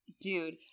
dude